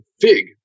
Fig